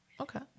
Okay